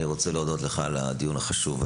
אני רוצה להודות לך על הדיון החשוב.